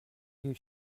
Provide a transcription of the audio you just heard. you